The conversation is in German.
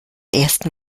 ersten